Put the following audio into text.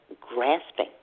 grasping